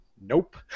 nope